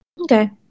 Okay